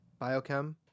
biochem